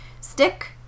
stick